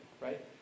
right